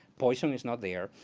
poison is not there.